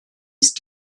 ist